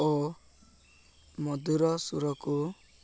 ଓ ମଧୁର ସୁରକୁ